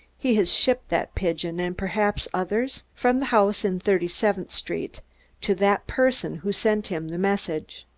he has shipped that pigeon and perhaps others from the house in thirty-seventh street to that person who sent him the message.